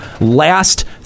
last